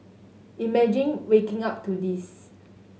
imagine waking up to this